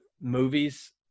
movies